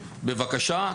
בבקשה,